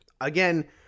Again